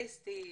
וסטי,